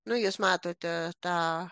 nu jūs matote tą